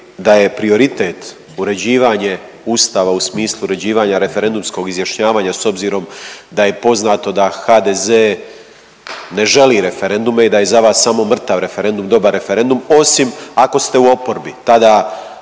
da je prioritet uređivanje Ustava u smislu uređivanja referendumskog izjašnjavanja s obzirom da je poznato da HDZ ne želi referendume i da je za vas samo mrtav referendum dobar referendum osim ako ste u oporbi